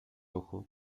ojo